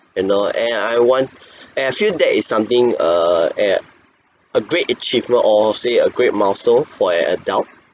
you know and I want and I feel that is something err eh a a great achievement or I'll say a great milestone for an adult